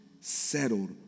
settled